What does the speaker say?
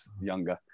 younger